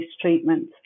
treatment